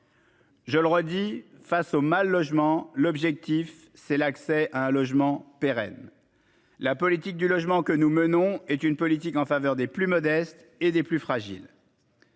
Je le redis face au mal-logement. L'objectif, c'est l'accès à un logement pérenne. La politique du logement que nous menons est une politique en faveur des plus modestes et des plus fragiles.